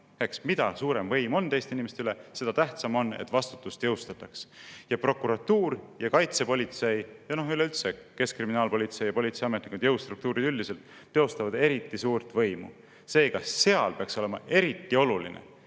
eks? Mida suurem võim on teiste inimeste üle, seda tähtsam on, et vastutust teostataks. Prokuratuur ja kaitsepolitsei ja üleüldse, keskkriminaalpolitsei, politseiametnikud ja jõustruktuurid üldiselt teostavad eriti suurt võimu. Seega seal peaks olema eriti oluline,